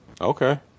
Okay